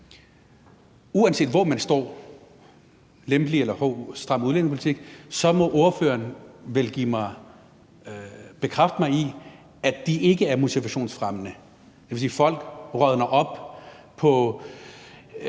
Uanset hvor man står – lempelig eller stram udlændingepolitik – må ordføreren vel bekræfte mig i, at de ikke er motivationsfremmende. Folk rådner op i